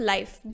Life